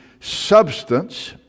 substance